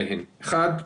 האחת,